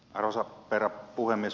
arvoisa herra puhemies